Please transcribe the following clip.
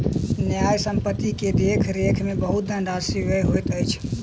न्यास संपत्ति के देख रेख में बहुत धनराशि व्यय होइत अछि